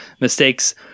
mistakes